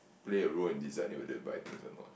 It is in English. play a role in deciding whether to buy things or not